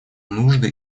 нужды